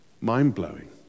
Mind-blowing